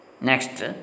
Next